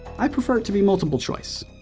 i prefer it to be multiple choice.